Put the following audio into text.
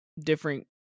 different